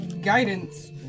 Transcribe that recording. guidance